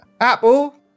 Apple